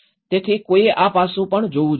તેથી કોઈએ આ પાસું પણ જોવું જોઈએ